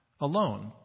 alone